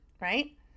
Right